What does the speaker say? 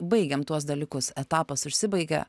baigiam tuos dalykus etapas užsibaigė